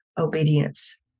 obedience